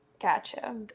Gotcha